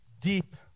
deep